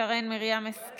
חברת הכנסת שרן מרים השכל,